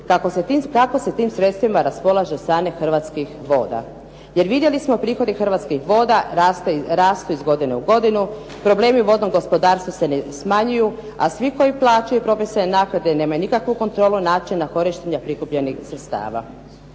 kako se tim sredstvima raspolaže od strane Hrvatskih voda. Jer vidjeli smo prihodi Hrvatski voda rastu iz godine u godinu, problemi vodnog gospodarstva se ne smanjuju a svi koji plaćaju … naknade nemaju nikakvu kontrolu načina korištenja prikupljenih sredstava.